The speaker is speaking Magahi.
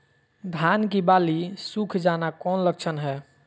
धान की बाली सुख जाना कौन लक्षण हैं?